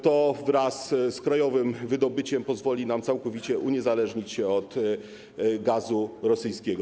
To wraz z krajowym wydobyciem pozwoli nam całkowicie uniezależnić się od gazu rosyjskiego.